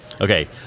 Okay